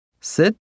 Sit